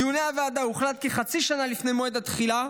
בדיוני הוועדה הוחלט כי חצי שנה לפני מועד התחילה,